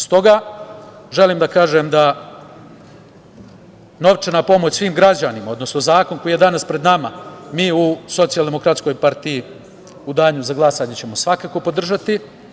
Stoga, želim da kažem novčana pomoć svim građanima, odnosno zakon koji je danas pred nama, mi u SDPS u danu za glasanje ćemo svakako podržati.